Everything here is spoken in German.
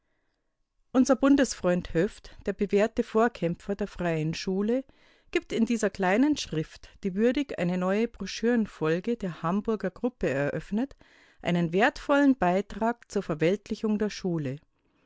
unser bundesfreund höft der bewährte vorkämpfer der freien schule gibt in dieser kleinen schrift die würdig eine neue broschürenfolge der hamburger gruppe eröffnet einen wertvollen beitrag zur verweltlichung der schule